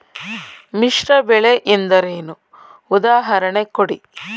ಮಿಶ್ರ ಬೆಳೆ ಎಂದರೇನು, ಉದಾಹರಣೆ ಕೊಡಿ?